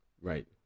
Right